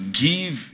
give